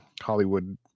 Hollywood